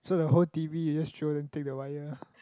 so the whole t_v you just throw then take the wire